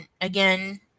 again